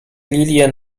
lilie